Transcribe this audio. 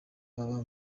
baba